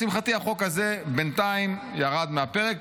לשמחתי, החוק הזה בינתיים ירד מהפרק.